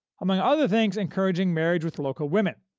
among other things encouraging marriage with local women,